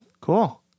Cool